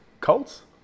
Colts